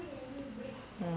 mm